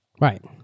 Right